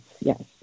yes